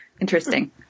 interesting